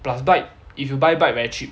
plus bike if you buy bike very cheap